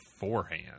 beforehand